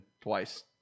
twice